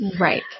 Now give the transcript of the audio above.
right